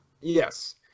Yes